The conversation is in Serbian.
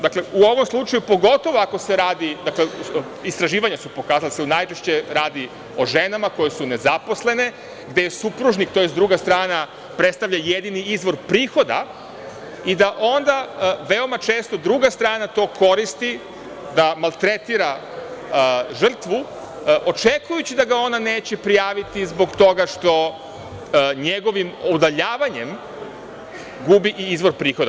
Dakle, u ovom slučaju, istraživanja su pokazala da se najčešće radi o ženama koje su nezaposlene, gde supružnik, tj. druga strana, predstavlja jedini izvor prihoda, i da onda veoma često druga strana to koristi da maltretira žrtvu očekujući da ga ona neće prijaviti, zbog toga što njegovim udaljavanjem gubi i izvor prihoda.